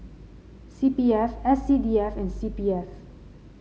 C P F S C D F and C P F